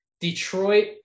Detroit